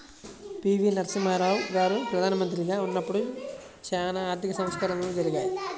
పి.వి.నరసింహారావు గారు ప్రదానమంత్రిగా ఉన్నపుడు చానా ఆర్థిక సంస్కరణలు జరిగాయి